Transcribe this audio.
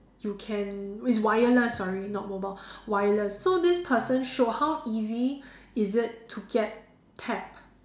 you can it's wireless sorry not mobile wireless so this person showed how easy is it to get tapped